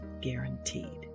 guaranteed